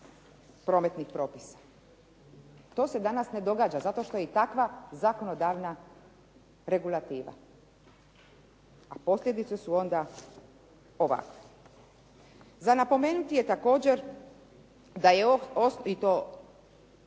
prometnih propisa. To se danas ne događa zato što je i takva zakonodavna regulativa, a posljedice su onda ovakve. Za napomenuti je također da je